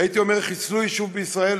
והייתי אומר שחיסלו יישוב בישראל,